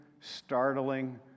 startling